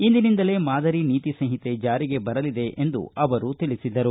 ಇಂದಿನಿಂದಲೇ ಮಾದರಿ ನೀತಿ ಸಂಹಿತೆ ಜಾರಿಗೆ ಬರಲಿದೆ ಎಂದು ಅವರು ತಿಳಿಸಿದರು